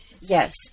yes